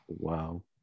wow